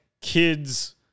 kids –